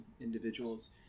individuals